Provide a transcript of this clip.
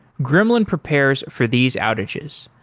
gremlin prepares for these outages.